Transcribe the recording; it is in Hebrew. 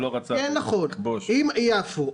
ביפו.